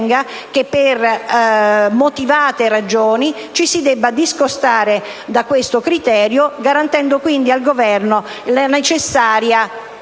Grazie